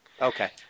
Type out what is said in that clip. Okay